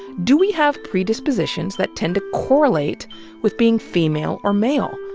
do we have predispositions that tend to correlate with being female or male?